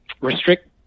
restrict